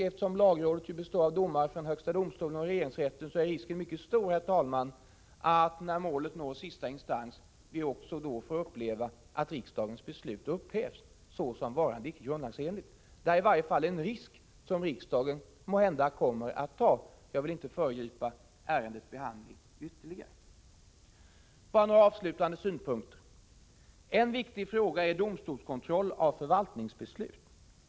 Eftersom lagrådet består av domare från högsta domstolen och regeringsrätten är risken mycket stor, herr talman, att vi när målet når sista instans också får uppleva att riksdagens beslut upphävs såsom varande icke grundlagsenligt. Det är i varje fall en risk som riksdagen måhända kommer att ta. Jag vill inte föregripa ärendets behandling ytterligare. Bara några avslutande synpunkter. En viktig fråga är domstolskontroll av förvaltningsbeslut.